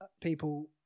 people